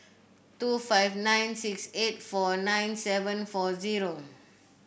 two five nine six eight four nine seven four zero